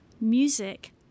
music